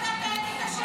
ועדת האתיקה של הכנסת?